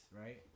right